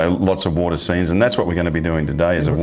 ah lots of water scenes. and that's what we're going to be doing today is a